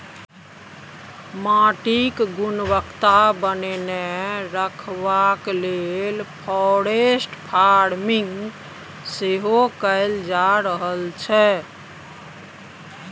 माटिक गुणवत्ता बनेने रखबाक लेल फॉरेस्ट फार्मिंग सेहो कएल जा रहल छै